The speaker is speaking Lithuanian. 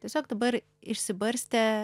tiesiog dabar išsibarstę